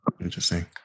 Interesting